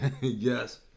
Yes